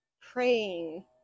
praying